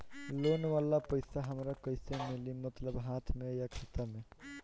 Loan वाला पैसा हमरा कइसे मिली मतलब हाथ में या खाता में?